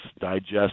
digest